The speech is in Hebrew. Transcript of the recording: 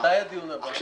הישיבה ננעלה בשעה 14:15.